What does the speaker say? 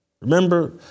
remember